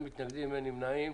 אין מתנגדים, אין נמנעים.